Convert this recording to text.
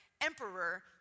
emperor